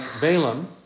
Balaam